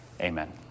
Amen